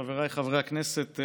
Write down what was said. חבריי חברי הכנסת,